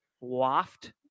Waft